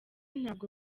ntabwo